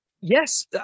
yes